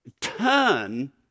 turn